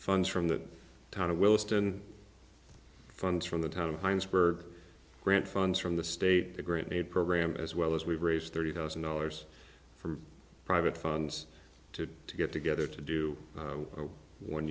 funds from that ton of willesden funds from the town of heinsberg grant funds from the state the great need program as well as we've raised thirty thousand dollars from private funds to to get together to do a one